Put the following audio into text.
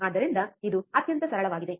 ಆದ್ದರಿಂದ ಇದು ಅತ್ಯಂತ ಸರಳವಾಗಿದೆ